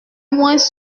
moins